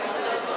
בעד.